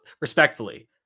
respectfully